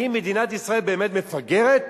האם מדינת ישראל באמת מפגרת?